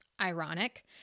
Ironic